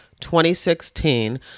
2016